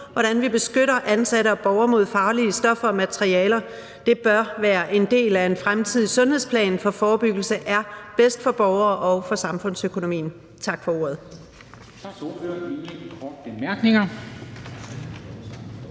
hvordan vi beskytter ansatte og borgere mod farlige stoffer og materialer. Det bør være en del af en fremtidig sundhedsplan, for forebyggelse er bedst for borgerne og for samfundsøkonomien. Tak for ordet.